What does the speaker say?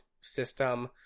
system